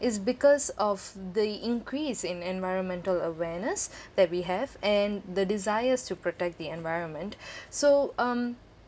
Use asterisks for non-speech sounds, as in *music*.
is because of the increase in environmental awareness that we have and the desires to protect the environment *breath* so um